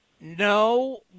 No